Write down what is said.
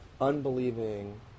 unbelieving